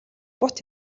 бут